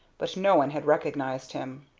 but no one had recognized him.